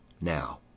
Now